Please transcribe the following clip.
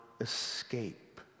escape